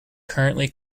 currently